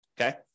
Okay